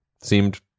seemed